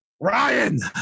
Ryan